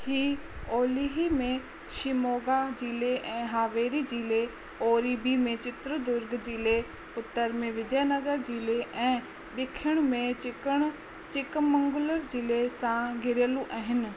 हीअ ओलही में शिमोगा जिले ऐं हावेरी जिले ओरीभी में चित्रदुर्ग जिले उत्तर में विजयनगर जिले ऐं ॾखणु में चिकण चिकमंगलूर जिले सां घिरियलु आहिनि